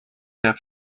have